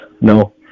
No